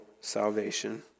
salvation